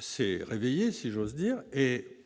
s'est réveillée si j'ose dire, et